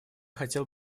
хотел